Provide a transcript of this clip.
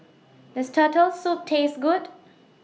Does Turtle Soup Taste Good